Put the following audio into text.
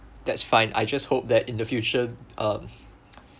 that's fine I just hope that in the future um